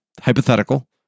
hypothetical